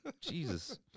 Jesus